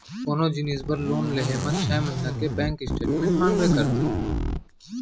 कोनो जिनिस बर लोन लेहे म छै महिना के बेंक स्टेटमेंट मांगबे करथे